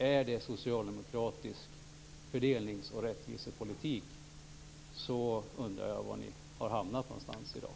Är det socialdemokratisk fördelnings och rättvisepolitik? Då undrar jag var ni har hamnat någonstans i dag.